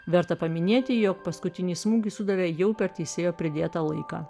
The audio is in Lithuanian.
verta paminėti jog paskutinį smūgį sudavė jau per teisėjo pridėtą laiką